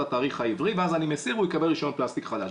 התאריך העברי ואז אני מסיר והוא יקבל רישיון פלסטיק חדש.